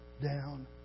down